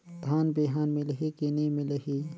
धान बिहान मिलही की नी मिलही?